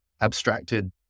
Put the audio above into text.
abstracted